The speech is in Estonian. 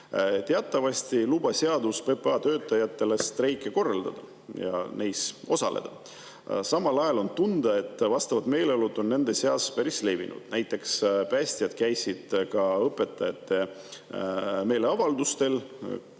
Teatavasti ei luba seadus PPA töötajatel streike korraldada ja neis osaleda. Samal ajal on tunda, et [sama] meeleolu on nende seas päris levinud. Näiteks käisid päästjad õpetajate meeleavaldustel